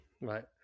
Right